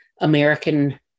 American